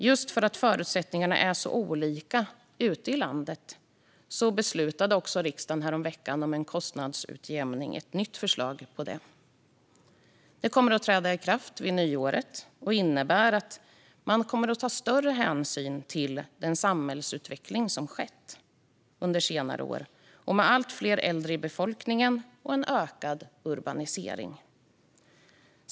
Just för att förutsättningarna är så olika ute i landet beslutade riksdagen häromveckan om ett nytt förslag till kostnadsutjämning. Detta kommer att träda i kraft vid nyår, och det innebär att man kommer att ta större hänsyn till den samhällsutveckling som har skett under senare år med allt fler äldre i befolkningen och en ökad urbanisering.